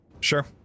sure